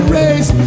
race